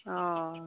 ᱚᱻ